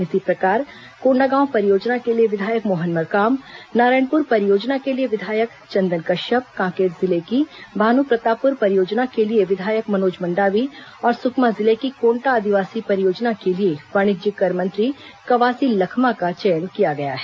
इसी प्रकार कोण्डागांव परियोजना के लिए विधायक मोहन मरकाम नारायणपुर परियोजना के लिए विधायक चंदन कश्यप कांकेर जिले की भानुप्रतापुर परियोजना के लिए विधायक मनोज मंडावी और सुकमा जिले की कोन्टा आदिवासी परियोजना के लिए वाणिज्यिक कर मंत्री कवासी लखमा का चयन किया गया है